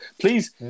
please